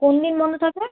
কোন দিন বন্ধ থাকে